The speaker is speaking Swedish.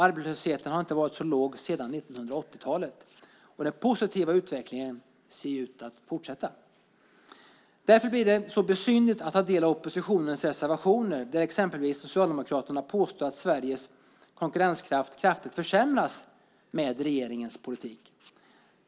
Arbetslösheten har inte varit så låg sedan 1980-talet, och den positiva utvecklingen ser ut att fortsätta. Därför blir det så besynnerligt att ta del av oppositionens reservationer där exempelvis Socialdemokraterna påstår att Sveriges konkurrenskraft kraftigt försämras med regeringens politik.